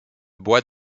bois